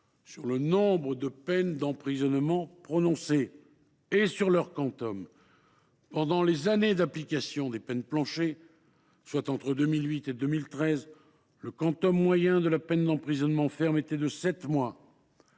sur le nombre de peines d’emprisonnement prononcées et sur leur quantum. Durant les années d’application des peines planchers, soit entre 2008 et 2013, le quantum moyen de la peine d’emprisonnement ferme était de sept mois.